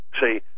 See